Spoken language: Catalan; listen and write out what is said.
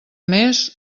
més